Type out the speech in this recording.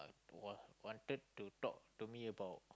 uh want wanted to talk to me about